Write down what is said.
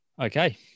okay